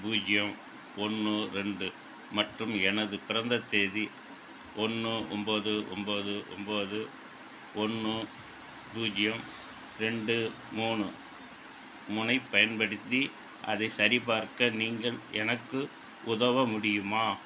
பூஜ்ஜியம் ஒன்று ரெண்டு மற்றும் எனது பிறந்த தேதி ஒன்று ஒம்போது ஒம்போது ஒம்போது ஒன்று பூஜ்ஜியம் ரெண்டு மூணு மூணு ஐப் பயன்படுத்தி அதை சரிபார்க்க நீங்கள் எனக்கு உதவ முடியுமா